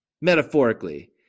metaphorically